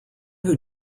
who